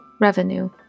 revenue